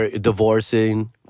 divorcing